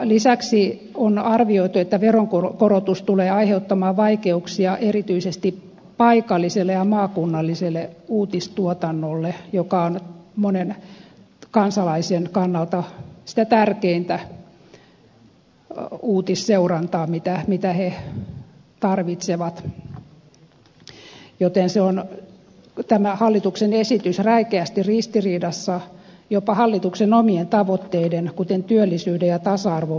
lisäksi on arvioitu että veronkorotus tulee aiheuttamaan vaikeuksia erityisesti paikalliselle ja maakunnalliselle uutistuotannolle joka on monen kansalaisen kannalta sitä tärkeintä uutisseurantaa mitä he tarvitsevat joten tämä hallituksen esitys on räikeästi ristiriidassa jopa hallituksen omien tavoitteiden kuten työllisyyden ja tasa arvon vahvistamisen kanssa